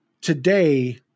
today